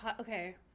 okay